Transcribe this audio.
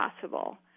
possible